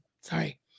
sorry